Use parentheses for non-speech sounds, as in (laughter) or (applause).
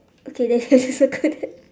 okay they I (laughs) should circle that (laughs)